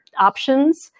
options